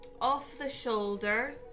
off-the-shoulder